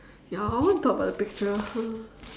ya I want to talk about the picture